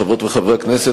חברות וחברי הכנסת,